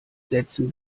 setzen